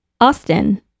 austin